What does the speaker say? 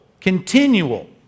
continual